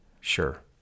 sure